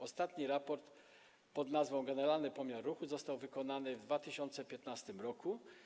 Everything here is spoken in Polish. Ostatni raport pod nazwą „Generalny pomiar ruchu” został wykonany w 2015 r.